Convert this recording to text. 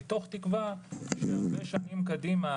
מתוך תקווה שהרבה שנים קדימה,